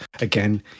again